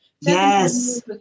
Yes